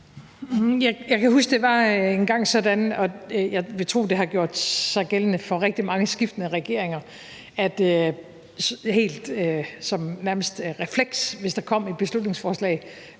Jeg kan huske, at det engang var sådan, og jeg vil tro, det har gjort sig gældende for rigtig mange skiftende regeringer, at man nærmest som en refleks, hvis der kom et beslutningsforslag,